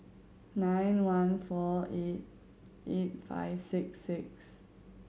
nine one four eight eight five six six